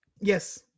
yes